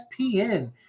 ESPN